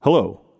Hello